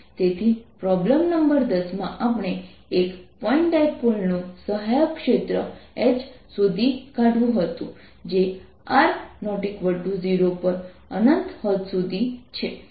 તેથી problem number 10 માં આપણે એક પોઇન્ટ ડાયપોલ નું સહાયક ક્ષેત્ર H શોધી કાઢવું હતું જે r0પર અનંત હદ સુધી છે